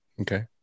Okay